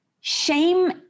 shame